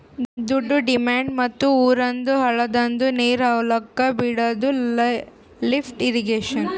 ದೊಡ್ದು ಡ್ಯಾಮಿಂದ್ ಮತ್ತ್ ಊರಂದ್ ಹಳ್ಳದಂದು ನೀರ್ ಹೊಲಕ್ ಬಿಡಾದು ಲಿಫ್ಟ್ ಇರ್ರೀಗೇಷನ್